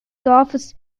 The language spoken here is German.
dorfes